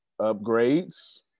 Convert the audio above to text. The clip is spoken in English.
upgrades